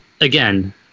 again